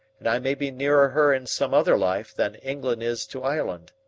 and i may be nearer her in some other life than england is to ireland.